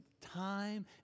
time